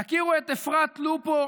תכירו את אפרת לופו